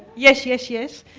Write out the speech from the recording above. yes, yes, yes.